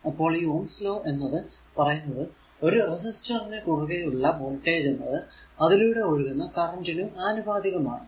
അപ്പോൾ ഈ ohm's law ohm's law എന്നത് പറയുന്നത് ഒരു റെസിസ്റ്റർ നു കുറുകെ ഉള്ള വോൾടേജ് എന്നത് അതിലൂടെ ഒഴുകുന്ന കറന്റ് നു ആനുപാതികമാണ്